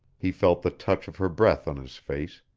he felt the touch of her breath on his face,